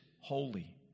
holy